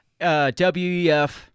WEF